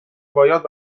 باید